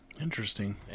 Interesting